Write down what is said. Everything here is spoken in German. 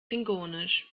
klingonisch